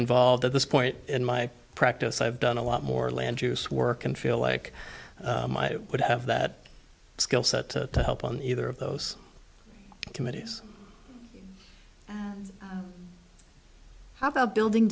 involved at this point in my practice i've done a lot more land use work and feel like i would have that skill set to help on either of those committees how about building